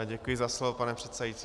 Děkuji za slovo, pane předsedající.